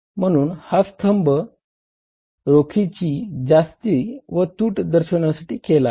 म्हणून हा स्तंभ रोखीची जास्ती व तूट दर्शविण्यासाठी केला आहे